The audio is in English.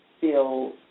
feel